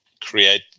create